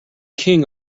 king